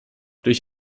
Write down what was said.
durch